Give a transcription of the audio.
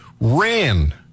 ran